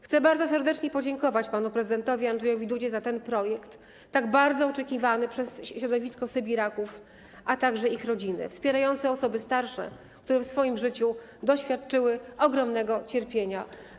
Chcę bardzo serdecznie podziękować panu prezydentowi Andrzejowi Dudzie za ten projekt, tak bardzo oczekiwany przez środowisko sybiraków, a także ich rodziny, wspierające osoby starsze, które w swoim życiu doświadczyły ogromnego cierpienia.